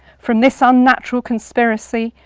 from this unnatural conspiracy,